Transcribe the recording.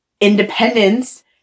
independence